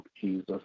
Jesus